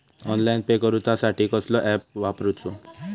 Online pay करूचा साठी कसलो ऍप वापरूचो?